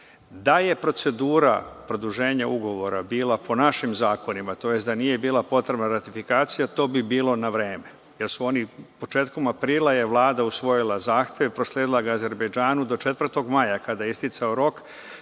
Da je procedura produženja ugovora bila po našim zakonima tj. da nije bila potrebna ratifikacija, to bi bilo na vreme, jer su oni početkom aprila, Vlada je usvojila zahtev i prosledila ga Azerbejdžanu do 4. maja kada je isticao rok,